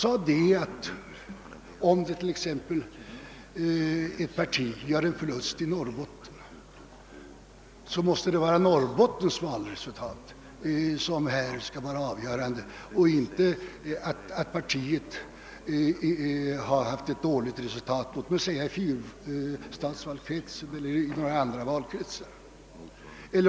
Man sade att om ett parti t.ex. gör en förlust i Norrbotten, måste Norrbottens valresultat vara avgörande härför och inte att partiet kanske haft ett dåligt resultat i fyrstadskretsen eller någon annan valkrets.